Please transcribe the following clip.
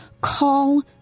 call